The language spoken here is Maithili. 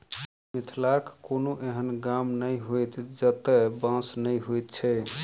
मिथिलाक कोनो एहन गाम नहि होयत जतय बाँस नै होयत छै